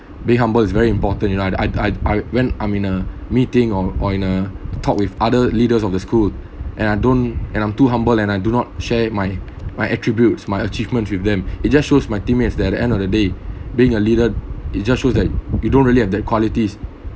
being humble is very important you know I'd I'd I when I'm in a meeting or or in a talk with other leaders of the school and I don't and I'm too humble and I do not share my my attributes my achievements with them it just shows my teammates that at the end of the day being a leader it just shows that you don't really have that qualities